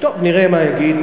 טוב, נראה מה יגיד.